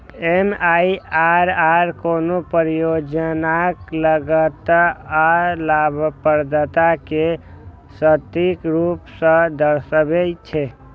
MIRR कोनो परियोजनाक लागत आ लाभप्रदता कें सटीक रूप सं दर्शाबै छै